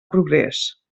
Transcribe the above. progrés